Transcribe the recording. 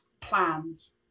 plans